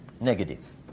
negative